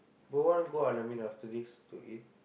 bro wanna go out let me know after this to eat